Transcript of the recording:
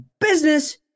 business